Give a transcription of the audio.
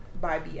Bye